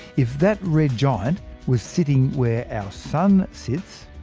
if that red giant was sitting where our sun sits,